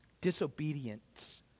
Disobedience